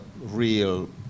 real